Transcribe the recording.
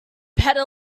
better